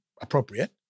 appropriate